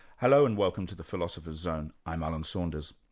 hello, and welcome to the philosopher's zone, i'm alan saunders.